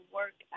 work